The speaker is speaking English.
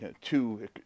two